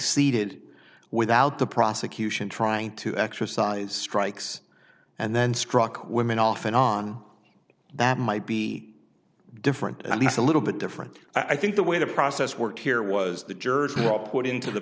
seated without the prosecution trying to exercise strikes and then struck women off and on that might be different at least a little bit different i think the way the process worked here was the jurors probably put into the